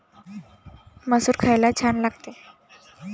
मसूर खायला छान लागते